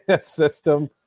system